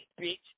bitch